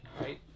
right